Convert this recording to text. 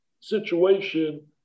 situation